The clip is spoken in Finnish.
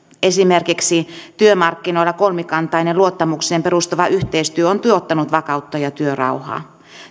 esimerkiksi työmarkkinoilla kolmikantainen luottamukseen perustuva yhteistyö on tuottanut vakautta ja työrauhaa